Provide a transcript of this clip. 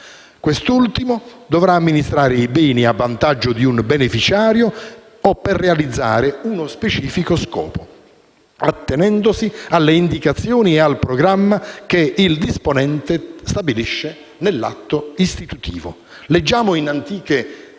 Quest'ultimo dovrà amministrare i beni a vantaggio di un beneficiario o per realizzare uno specifico scopo, attenendosi alle indicazioni e al programma che il disponente stabilisce nell'atto istitutivo. Leggiamo in antiche carte